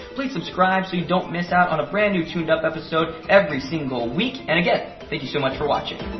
please subscribe so you don't miss out on a brand new toonedup episode every single week, and again thank you so much for watching!